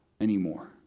anymore